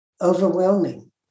overwhelming